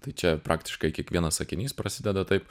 tai čia praktiškai kiekvienas sakinys prasideda taip